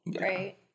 Right